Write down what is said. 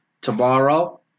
tomorrow